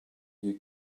you